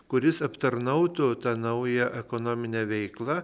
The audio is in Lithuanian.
kuris aptarnautų tą naują ekonominę veiklą